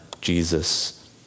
Jesus